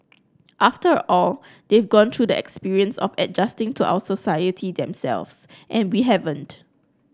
after all they've gone through the experience of adjusting to our society themselves and we haven't